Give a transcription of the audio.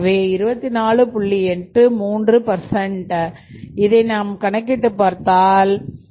83 இதை நாம் கணக்கிட்டுப் பார்த்தால் 24